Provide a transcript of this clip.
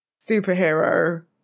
superhero